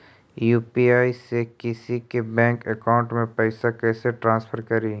UPI से किसी के बैंक अकाउंट में पैसा कैसे ट्रांसफर करी?